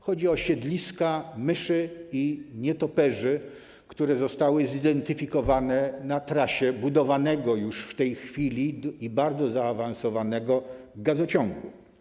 Chodzi o siedliska myszy i nietoperzy, które zostały zidentyfikowane na trasie budowanego już - w tej chwili ta budowa jest bardzo zaawansowana - gazociągu.